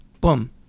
Boom